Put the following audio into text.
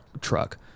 truck